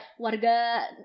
warga